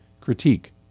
Critique